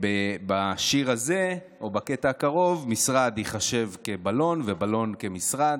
בשיר הזה או בקטע הקרוב משרד ייחשב כבלון ובלון כמשרד,